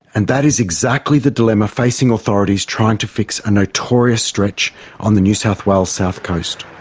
and that is exactly the dilemma facing authorities trying to fix a notorious stretch on the new south wales south coast.